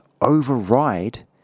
override